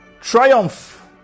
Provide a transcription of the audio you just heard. triumph